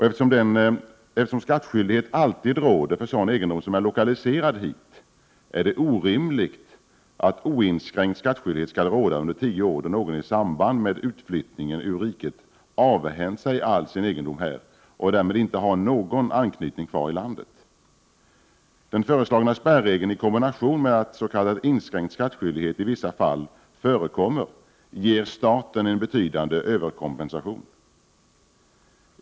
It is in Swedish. Eftersom skattskyldighet alltid råder för sådan egendom som är lokaliserad här, är det orimligt att oinskränkt skattskyldighet skall råda under tio år, då någon i samband med utflyttningen ur riket avhänt sig all sin egendom här och därmed inte har någon anknytning kvar i landet. Den föreslagna spärregeln i kombination med att s.k. inskränkt skattskyldighet i vissa fall förekommer ger staten en betydande överkompensation.